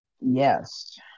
Yes